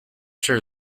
chair